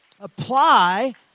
Apply